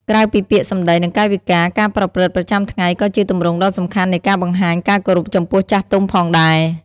ក្រៅពីពាក្យសម្ដី និងកាយវិការ ការប្រព្រឹត្តប្រចាំថ្ងៃក៏ជាទម្រង់ដ៏សំខាន់នៃការបង្ហាញការគោរពចំពោះចាស់ទុំផងដែរ។